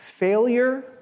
Failure